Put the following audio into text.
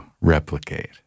replicate